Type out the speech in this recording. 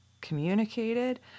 communicated